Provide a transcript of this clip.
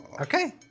Okay